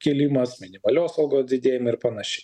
kilimas minimalios algos didėjimai ir panašiai